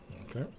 Okay